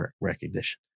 recognition